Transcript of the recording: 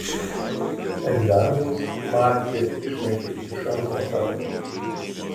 egzaminus marcė išlaikė tik iš antro karto